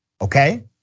okay